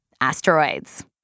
asteroids